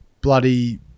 bloody